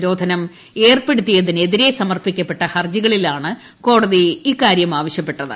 നിരോധനം ഏർപ്പെടുത്തിയതിനെതിരെ സമർപ്പിക്കപ്പെട്ട ഹർജികളിലാണ് കോടതി ഇക്കാര്യം ആവശ്യപ്പെട്ടത്